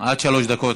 עד שלוש דקות,